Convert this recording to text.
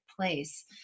place